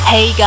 Hey